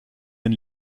den